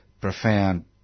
profound